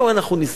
זה היה הביטוי.